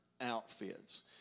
outfits